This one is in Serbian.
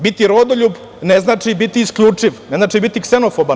Biti rodoljub ne znači biti isključiv, ne znači biti ksenofoban.